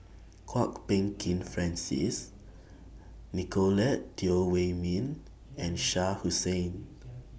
Kwok Peng Kin Francis Nicolette Teo Wei Min and Shah Hussain